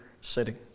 sitting